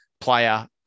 player